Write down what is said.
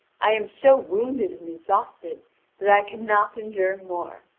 i am so wounded and exhausted that i cannot endure more.